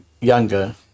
younger